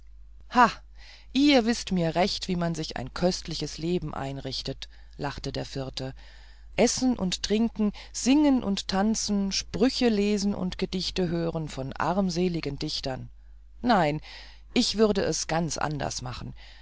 ihr wißt mir recht wie man sich ein köstliches leben einrichtet lachte der vierte essen und trinken singen und tanzen sprüche lesen und gedichte hören von armseligen dichtern nein ich würde es ganz anders machen